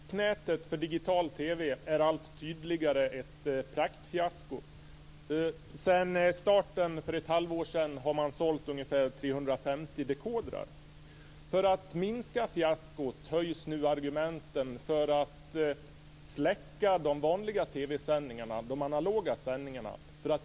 Fru talman! Jag har en fråga till kulturministern. Marknätet för digital TV är allt tydligare ett praktfiasko. Sedan starten för ett halvår sedan har man sålt ungefär 350 dekodrar. För att minska fiaskot höjs nu argumenten för att man ska släcka de vanliga TV sändningarna, de analoga sändningarna.